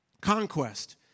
Conquest